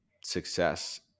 success